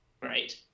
Great